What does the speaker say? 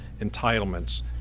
entitlements